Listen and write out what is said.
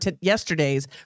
yesterday's